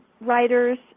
writers